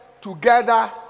together